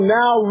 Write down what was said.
now